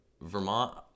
Vermont